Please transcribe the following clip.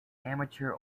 amateur